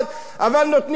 אבל נותנים לכולם,